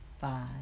five